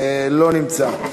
לא נמצא.